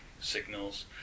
signals